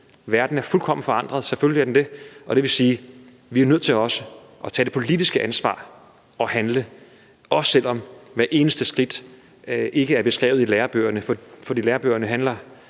Verden er fuldkommen forandret, selvfølgelig er den det. Og det vil sige, at vi er nødt til at tage det politiske ansvar at handle, også selv om hvert eneste skridt ikke er beskrevet i lærebøgerne – for lærebøgerne handler